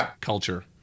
culture